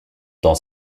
dans